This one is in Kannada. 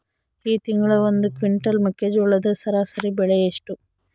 ಈ ತಿಂಗಳ ಒಂದು ಕ್ವಿಂಟಾಲ್ ಮೆಕ್ಕೆಜೋಳದ ಸರಾಸರಿ ಬೆಲೆ ಎಷ್ಟು?